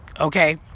Okay